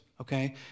okay